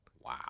Wow